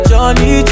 Johnny